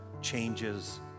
changes